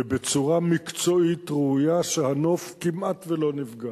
ובצורה מקצועית ראויה, כך שהנוף כמעט לא נפגע,